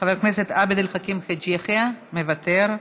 חבר הכנסת עבד אל חכים חאג' יחיא, מוותר,